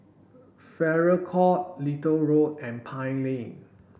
Farrer Court Little Road and Pine Lane